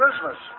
Christmas